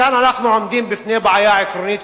כאן אנחנו עומדים בפני בעיה עקרונית,